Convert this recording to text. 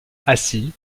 assis